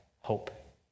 hope